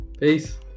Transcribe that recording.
Peace